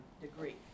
degree